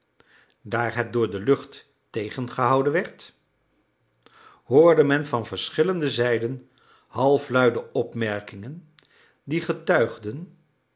daar het door de lucht tegengehouden werd hoorde men van verschillende zijden halfluide opmerkingen die getuigden